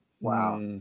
Wow